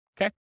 okay